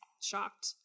shocked